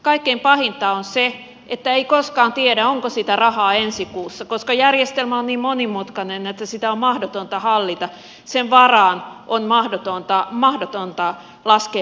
kaikkein pahinta on se että ei koskaan tiedä onko sitä rahaa ensi kuussa koska järjestelmä on niin monimutkainen että sitä on mahdotonta hallita ja sen varaan on mahdotonta laskea mitään